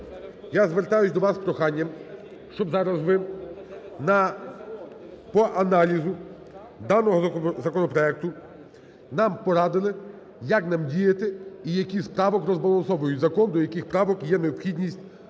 я звертаюсь до вас з проханням, щоб зараз ви по аналізу даного законопроекту нам порадили, як нам діяти, і які з правок розбалансовують закон, до яких правок є необхідність